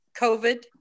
COVID